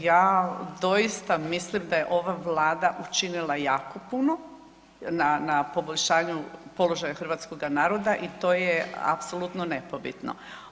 Ja doista mislim da je ova vlada učinila jako puno na poboljšanju položaja hrvatskoga naroda i to je apsolutno nepobitno.